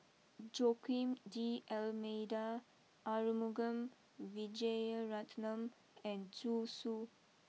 Joaquim D Almeida Arumugam Vijiaratnam and Zhu Xu